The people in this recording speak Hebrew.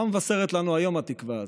מה מבשרת לנו היום התקווה הזאת,